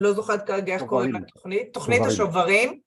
לא זוכרת כרגע איך קוראים לתוכנית, תוכנית השוברים.